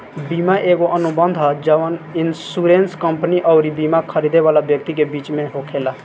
बीमा एगो अनुबंध ह जवन इन्शुरेंस कंपनी अउरी बिमा खरीदे वाला व्यक्ति के बीच में होखेला